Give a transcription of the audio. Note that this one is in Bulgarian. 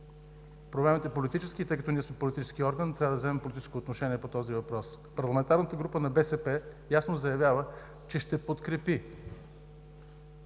Проблемът е политически и тъй като ние сме политически орган, трябва да вземем политическо отношение по този въпрос. Парламентарната група на „БСП за България“ ясно заявява, че ще подкрепи